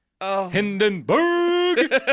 Hindenburg